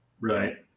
Right